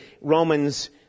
Romans